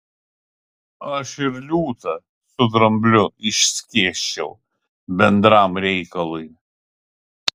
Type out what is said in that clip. aš ir liūtą su drambliu išskėsčiau bendram reikalui